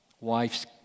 wife's